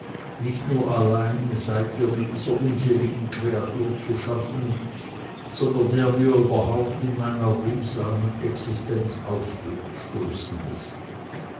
nicht nur allein seit wir mit dieser unseligen creatur zu schaffen sondern der mir überhaupt in meiner ruhsamen existenz aufgestoßen ist